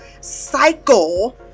cycle